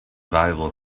valuable